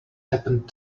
happened